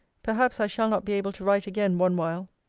perhaps i shall not be able to write again one while.